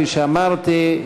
כפי שאמרתי,